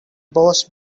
boss